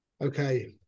Okay